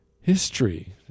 history